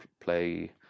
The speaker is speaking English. play